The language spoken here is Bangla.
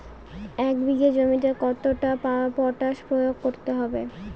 এক বিঘে জমিতে কতটা পটাশ প্রয়োগ করতে হবে?